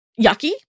yucky